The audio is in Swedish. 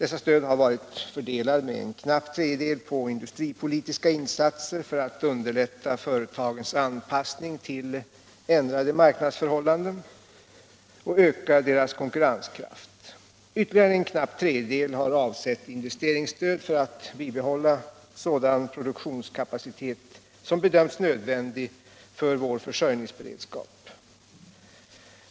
Stödet har fördelats med en knapp tredjedel på industripolitiska insatser för att underlätta företagens anpassning till ändrade marknadsförhållanden och öka deras konkurrenskraft. Ytterligare en knapp tredjedel har avsett investeringsstöd för att bibehålla sådan produktionskapacitet som bedöms nödvändig för vår försörjningsberedskap.